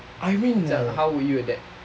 I mean the